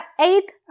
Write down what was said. eight